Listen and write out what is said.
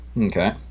Okay